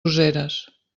useres